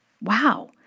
Wow